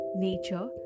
Nature